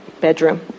bedroom